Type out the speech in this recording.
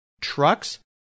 trucks